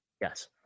Yes